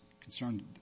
concerned